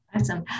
Awesome